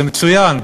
זה מצוין.